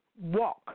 walk